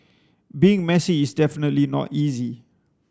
being messy is definitely not easy